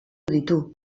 ditu